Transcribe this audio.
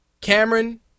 Cameron